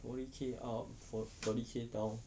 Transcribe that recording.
forty K up thirty K down